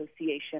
association